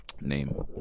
name